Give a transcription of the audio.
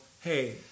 hey